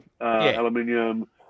aluminium